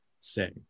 say